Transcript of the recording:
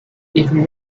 even